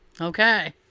Okay